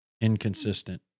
inconsistent